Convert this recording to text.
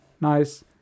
nice